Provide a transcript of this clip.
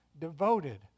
devoted